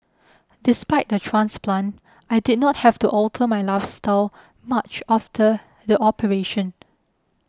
despite the transplant I did not have to alter my lifestyle much after the operation